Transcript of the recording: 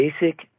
Basic